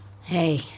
Hey